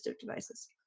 devices